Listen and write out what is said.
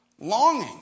longing